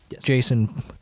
jason